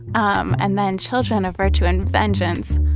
um and then children of virtue and vengeance.